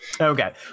Okay